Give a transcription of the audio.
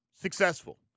successful